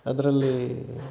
ಅದರಲ್ಲಿ